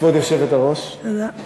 כבוד היושבת-ראש, תודה.